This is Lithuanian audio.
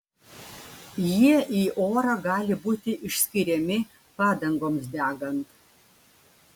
jie į orą gali būti išskiriami padangoms degant